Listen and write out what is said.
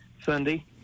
sunday